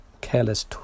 careless